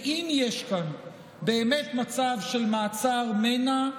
כי אם יש כאן באמת מצב של מעצר מנע,